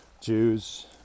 Jews